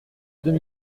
deux